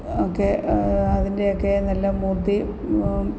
ഒക്കെ അതിന്റെയൊക്കെ നല്ല മൂര്ത്തീ